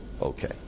Okay